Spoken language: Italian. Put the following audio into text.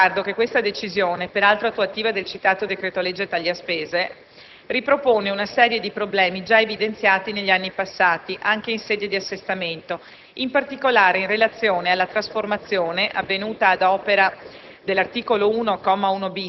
Si osserva al riguardo che questa decisione, peraltro attuativa del citato decreto-legge taglia spese, ripropone una serie di problemi già evidenziati negli anni passati (anche in sede di assestamento), in particolare in relazione alla trasformazione - avvenuta ad opera